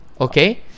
okay